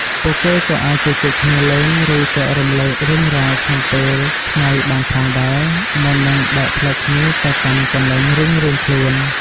ពួកគេក៏អាចជជែកគ្នាលេងឬចែករំលែករឿងរ៉ាវក្នុងពេលថ្ងៃបានផងដែរ មុននឹងបែកផ្លូវគ្នាទៅកាន់កន្លែងរៀងៗខ្លួន។